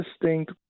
distinct